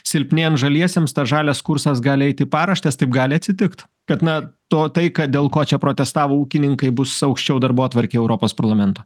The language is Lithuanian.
silpniem žaliesiems tas žalias kursas gali eiti į paraštes taip gali atsitikt kad na to tai kad dėl ko čia protestavo ūkininkai bus aukščiau darbotvarkėj europos parlamento